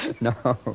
No